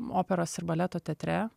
operos ir baleto teatre